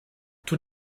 tous